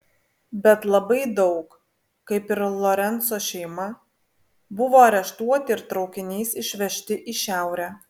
bet labai daug kaip ir lorenco šeima buvo areštuoti ir traukiniais išvežti į šiaurę